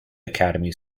academy